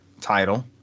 title